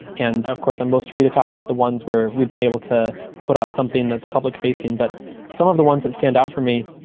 and of course, i'm most free to talk about the ones where we've been able to put out something that's public-facing, but some of the ones that stand out for me,